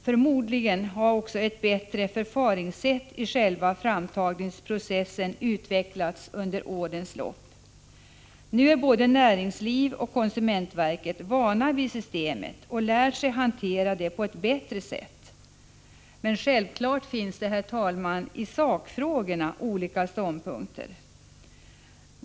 Förmodligen har också ett bättre förfaringssätt i själva framtagningsprocessen utvecklats under årens lopp. Nu är både näringslivet och konsumentverket vana vid systemet och har lärt sig att hantera det på ett bättre sätt. Självfallet finns det, herr talman, i sakfrågorna olika ståndpunkter.